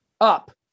up